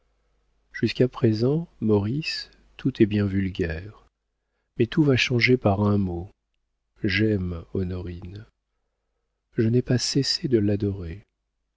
jusqu'à présent maurice tout est bien vulgaire mais tout va changer par un mot j'aime honorine je n'ai pas cessé de l'adorer